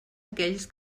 aquells